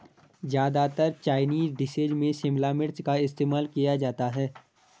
ज्यादातर Chinese dishes में शिमला मिर्च का इस्तेमाल किया जाता है